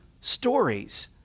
stories